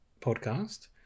podcast